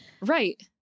Right